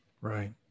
Right